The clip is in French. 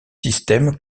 système